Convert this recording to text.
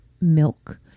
milk